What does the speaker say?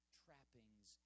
trappings